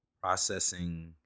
processing